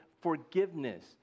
forgiveness